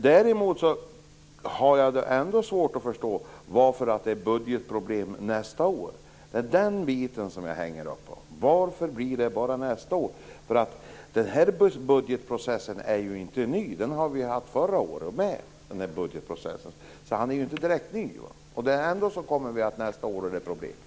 Däremot har jag ändå svårt att förstå varför det är budgetproblem nästa år. Det är den biten jag hänger upp mig på. Varför blir det bara nästa år? Den här budgetprocessen är ju inte direkt ny. Den hade vi även förra året. Ändå kommer vi att få problem nästa år.